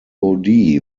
away